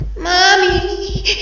Mommy